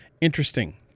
interesting